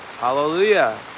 Hallelujah